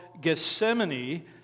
Gethsemane